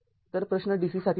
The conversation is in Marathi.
तर प्रश्न dc स्थितीसाठी आहे